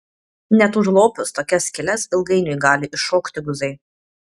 net užlopius tokias skyles ilgainiui gali iššokti guzai